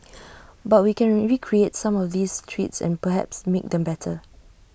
but we can recreate some of these treats and perhaps make them better